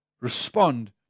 respond